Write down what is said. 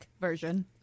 version